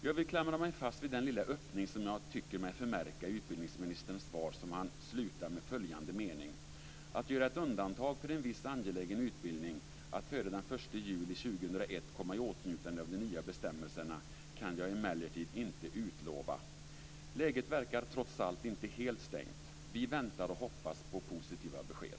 Jag vill klamra mig fast vid den lilla öppning som jag tycker mig märka i utbildningsministerns svar, som han slutar med följande mening: "Att göra ett undantag för en viss angelägen utbildning att före den 1 juli 2001 komma i åtnjutande av de nya bestämmelserna kan jag emellertid inte utlova." Läget verkar trots allt inte helt låst. Vi väntar och hoppas på positiva besked.